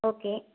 okay